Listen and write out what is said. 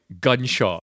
gunshot